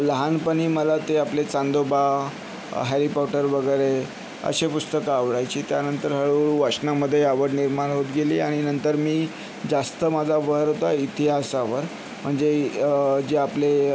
लहानपणी मला ते आपले चांदोबा हॅरी पॉटर वगैरे असे पुस्तकं आवडायचे त्यानंतर हळूहळू वाचनामध्ये आवड निर्माण होत गेली आणि नंतर मी जास्त माझा भर होता इतिहासावर म्हणजे जे आपले